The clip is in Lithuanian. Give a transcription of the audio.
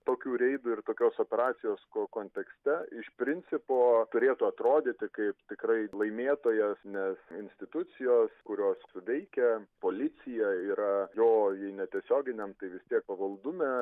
tokių reidų ir tokios operacijos ko kontekste iš principo turėtų atrodyti kaip tikrai laimėtojas nes institucijos kurios veikia policija yra jo jei ne tiesioginiam tai vis tiek pavaldume